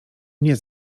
mnie